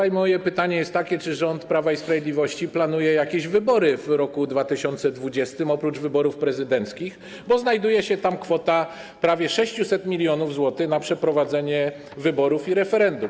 I moje pytanie jest takie: Czy rząd Prawa i Sprawiedliwości planuje jakieś wybory w roku 2020 oprócz wyborów prezydenckich, bo znajduje się tam kwota prawie 600 mln zł na przeprowadzenie wyborów i referendum?